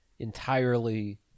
entirely